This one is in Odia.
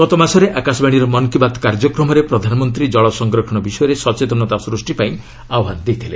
ଗତମାସରେ ଆକାଶବାଣୀର ମନ୍ କୀ ବାତ୍ କାର୍ଯ୍ୟକ୍ରମରେ ପ୍ରଧାନମନ୍ତ୍ରୀ ଜଳ ସଂରକ୍ଷଣ ବିଷୟରେ ସଚେତନତା ସୃଷ୍ଟିପାଇଁ ଆହ୍ୱାନ ଦେଇଥିଲେ